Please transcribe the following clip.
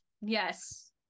yes